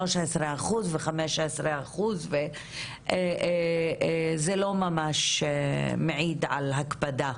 13% ו-15% זה לא ממש מעיד על הקפדה,